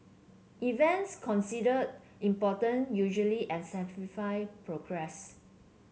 events considered important usually progress